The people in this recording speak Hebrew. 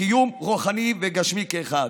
קיום רוחני וגשמי כאחד.